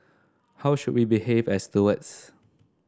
how should we behave as stewards